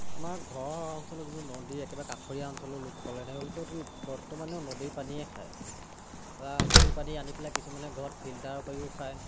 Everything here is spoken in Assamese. আমাৰ ঘৰ অঞ্চলৰ যিবোৰ নদী একেবাৰে কাষৰীয়া অঞ্চলৰ লোকসকলে তেওঁলোকেতো বৰ্তমানেও নদীৰ পানীয়ে খায় নদীৰ পানী আনি পেলাই কিছুমানে ঘৰত ফিল্টাৰ কৰিও খায়